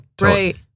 Right